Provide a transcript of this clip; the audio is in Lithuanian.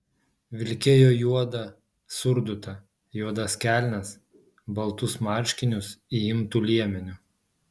vilkėjo juodą surdutą juodas kelnes baltus marškinius įimtu liemeniu